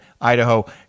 Idaho